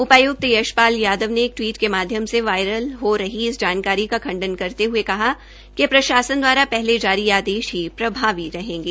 उपायुक्त यशपाल यादव ने एक टवीट के माध्यम से वायरल हो रही इस जानकारी का खण्डन करते हुए कहा है कि प्रशासन द्वारा पहले जारी आदेश ही प्रभावी रहेंगे